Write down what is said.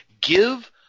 give